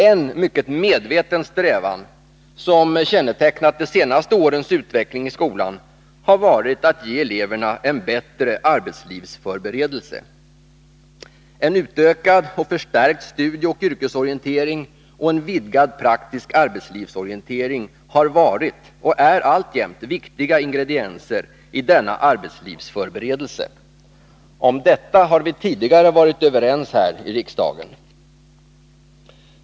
En mycket medveten strävan, som kännetecknar de senaste årens utveckling i skolan, har varit att ge eleverna en bättre arbetslivsförberedelse. En utökad och förstärkt studieoch yrkesorientering och en vidgad praktisk arbetslivsorientering har varit och är alltjämt viktiga ingredienser i denna arbetslivsförberedelse. Om detta har vi tidigare varit överens här i riksdagen.